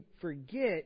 forget